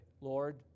Lord